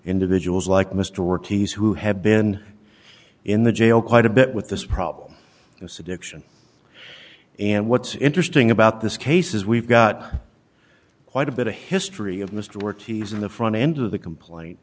individuals like mr workpiece who have been in the jail quite a bit with this problem this addiction and what's interesting about this case is we've got quite a bit a history of mr work he's in the front end of the complaint